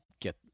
get